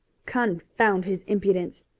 confound his impudence!